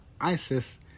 Isis